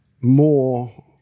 more